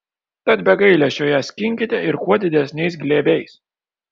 tad be gailesčio ją skinkite ir kuo didesniais glėbiais